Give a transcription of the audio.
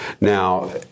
Now